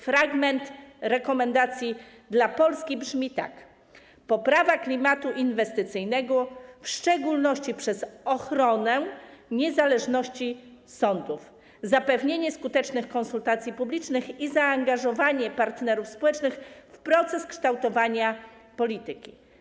Fragment rekomendacji dla Polski brzmi tak: poprawa klimatu inwestycyjnego, w szczególności przez ochronę niezależności sądów, zapewnienie skutecznych konsultacji publicznych i zaangażowanie partnerów społecznych w proces kształtowania polityki.